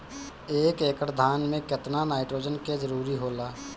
एक एकड़ धान मे केतना नाइट्रोजन के जरूरी होला?